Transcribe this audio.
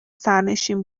سرنشین